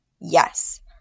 Yes